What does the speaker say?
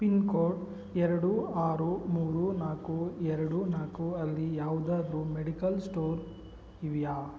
pin code ಎರಡು ಆರು ಮೂರು ನಾಲ್ಕು ಎರಡು ನಾಲ್ಕು ಅಲ್ಲಿ ಯಾವುದಾದ್ರು ಮೆಡಿಕಲ್ ಸ್ಟೋರ್ ಇವೆಯಾ